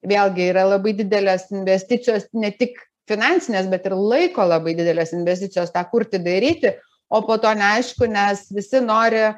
vėlgi yra labai didelės investicijos ne tik finansinės bet ir laiko labai didelės investicijos tą kurti daryti o po to neaišku nes visi nori